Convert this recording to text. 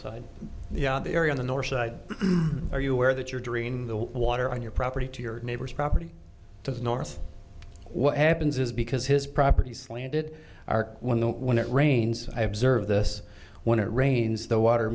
side the other area on the north side are you aware that your dream the water on your property to your neighbor's property to the north what happens is because his property slanted arc when the when it rains i observe this when it rains the water